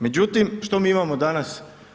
Međutim, što mi imamo danas.